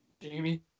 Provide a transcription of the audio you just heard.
Jamie